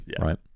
right